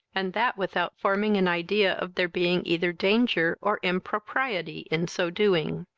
and that without forming an idea of there being either danger or impropriety in so doing.